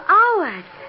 hours